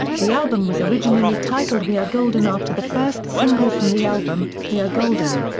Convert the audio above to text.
the album was originally titled we are golden after the first single from the album, we are golden.